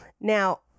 now